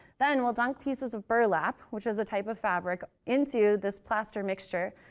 then we'll dunk pieces of burlap, which is a type of fabric, into this plaster mixture.